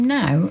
now